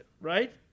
right